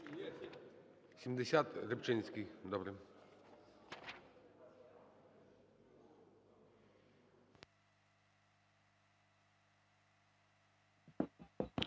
70. Рибчинський. Добре.